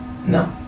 No